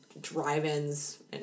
drive-ins